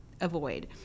avoid